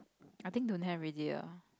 I think don't have with you